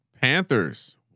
Panthers